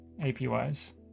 APYS